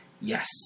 Yes